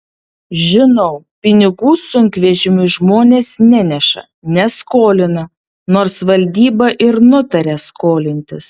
žinau pinigų sunkvežimiui žmonės neneša neskolina nors valdyba ir nutarė skolintis